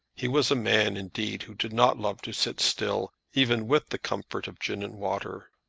he was a man, indeed, who did not love to sit still, even with the comfort of gin-and-water.